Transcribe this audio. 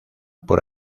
por